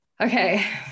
Okay